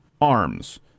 arms